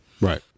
Right